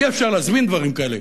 אי-אפשר להזמין דברים כאלה,